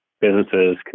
businesses